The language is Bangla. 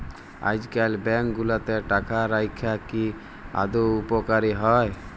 আইজকাল ব্যাংক গুলাতে টাকা রাইখা কি আদৌ উপকারী হ্যয়